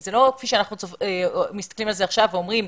זה לא כפי שאנחנו מסתכלים על זה עכשיו ואומרים,